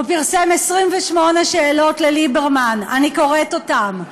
הוא פרסם 28 שאלות לליברמן, אני קוראת אותן.